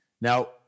Now